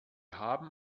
haben